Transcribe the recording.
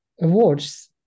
awards